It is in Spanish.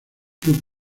club